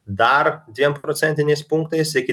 dar dviem procentiniais punktais iki